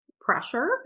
pressure